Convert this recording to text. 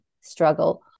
struggle